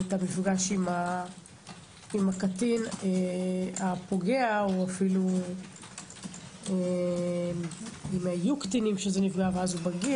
את המפגש עם הקטין הפוגע או אפילו אם היו קטינים ואז הוא בגיר,